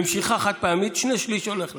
במשיכה חד-פעמית שני שלישים הולכים לך.